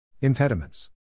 impediments